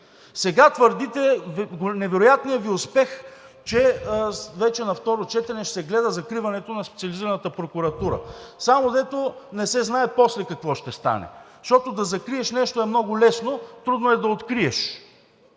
Сега твърдите – невероятния Ви успех, че вече на второ четене ще се гледа закриването на Специализираната прокуратура. Само дето не се знае после какво ще стане, защото да закриеш нещо е много лесно, трудно е да откриеш,